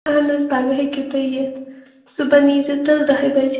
اہَن حظ پگاہ ہیٚکِو تُہۍ یِتھ صُبحَن ییٖزیٚو تیٚلہِ دَہہِ بَجہِ